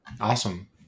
Awesome